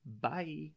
Bye